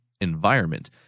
environment